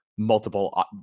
multiple